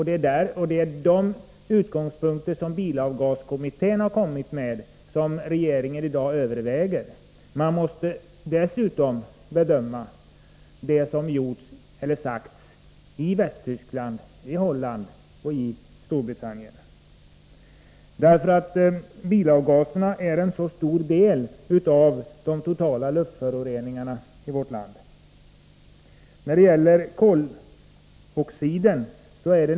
Det är de förslag som bilavgaskommittén har kommit med som regeringen i dag överväger. Regeringen måste dessutom bedöma det som har gjorts eller sagts i Västtyskland, Holland och Storbritannien. Bilavgaserna utgör en mycket stor del av de totala luftföroreningarna i vårt land.